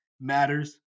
matters